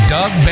Doug